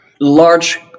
large